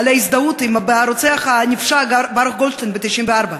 על הזדהות עם הרוצח הנפשע ברוך גולדשטיין ב-1994.